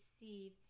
receive